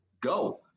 go